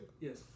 Yes